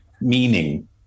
meaning